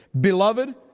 Beloved